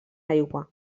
aigua